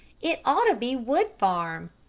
it ought to be wood farm.